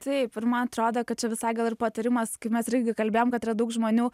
taip ir man atrodo kad čia visai gal ir patarimas kai mes ir irgi kalbėjom kad yra daug žmonių